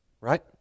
right